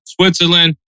Switzerland